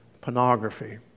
pornography